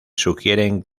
sugieren